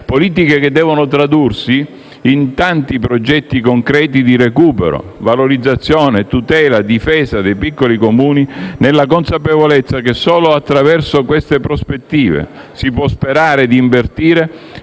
politiche che devono tradursi in tanti progetti concreti di recupero, valorizzazione, tutela e difesa dei piccoli Comuni, nella consapevolezza che solo attraverso queste prospettive si può sperare di invertire